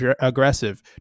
aggressive